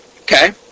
Okay